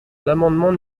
l’amendement